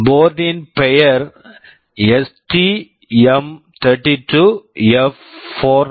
board board ன் பெயர் எஸ்டிஎம்32எப்401 STM32F401